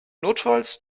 notfalls